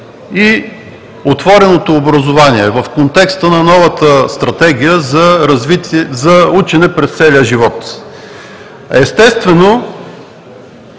и отвореното образование в контекста на новата Стратегия за учене през целия живот. Естествено,